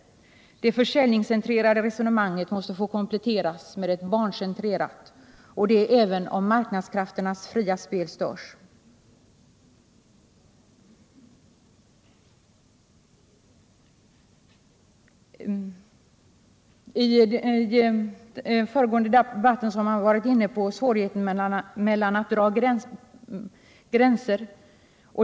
Det försäljningscentrerade resonemanget måste kompletteras med ett barncentrerat — även om marknadskrafternas fria spel störs. I debatten har man varit inne på svårigheterna att dra gränser.